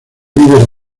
víveres